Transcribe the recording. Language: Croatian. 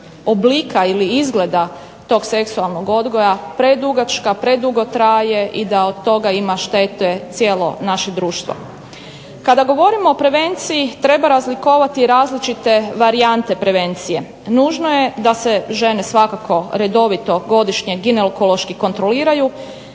oblika ili izgleda tog seksualnog odgoja predugačka, predugo traje i da od toga ima štete cijelo naše društvo. Kada govorimo o prevenciji treba razlikovati različite varijante prevencije. Nužno je da se žene svakako redovito godišnje ginekološki kontroliraju